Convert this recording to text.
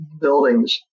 buildings